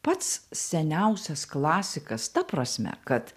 pats seniausias klasikas ta prasme kad